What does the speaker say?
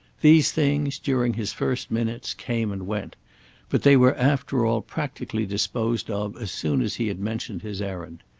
these things, during his first minutes, came and went but they were after all practically disposed of as soon as he had mentioned his errand.